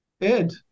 Ed